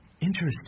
interesting